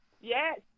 Yes